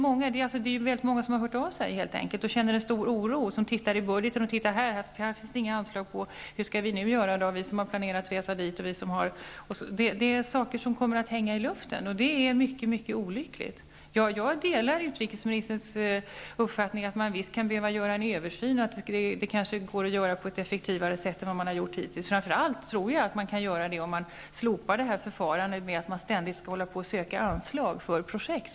Många organisationer känner en stor oro. De studerar budgeten och finner att det inte finns några anslag. De vet inte hur de skall göra med sina planer. Mycket kommer att hänga i luften, vilket är olyckligt. Jag delar utrikesministerns uppfattning att en översyn visst kan behövas. Det kanske går att bedriva verksamheten på ett effektivare sätt än hittills, framför allt om man slopar förfarandet med att organisationerna ständigt skall söka anslag för projekt.